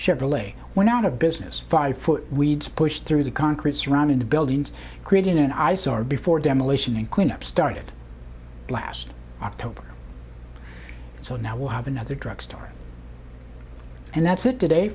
chevrolet went out of business five foot weeds pushed through the concrete surrounding the buildings creating an eyesore before demolition and cleanup started last october so now we'll have another drug story and that's it today